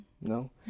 No